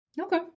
Okay